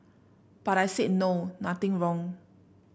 but I said no nothing wrong